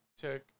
took